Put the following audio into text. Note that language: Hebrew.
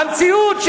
המציאות,